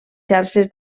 xarxes